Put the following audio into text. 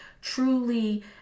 truly